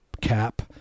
cap